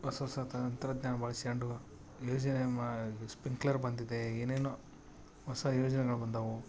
ಹೊಸ ಹೊಸ ತಂತ್ರಜ್ಞಾನ ಬಳಸ್ಕೊಂಡು ಯೋಜನೆ ಮ ಸ್ಪ್ರಿಂಕ್ಲರ್ ಬಂದಿದೆ ಏನೇನೊ ಹೊಸ ಯೋಜನೆಗಳು ಬಂದಾವೆ